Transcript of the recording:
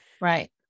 Right